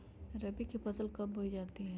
रबी की फसल कब बोई जाती है?